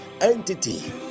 entity